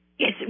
Yes